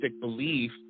belief